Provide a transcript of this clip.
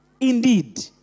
indeed